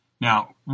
Now